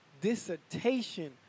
dissertation